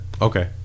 Okay